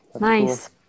Nice